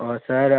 और सर